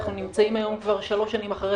אנחנו נמצאים היום כבר שלוש שנים אחרי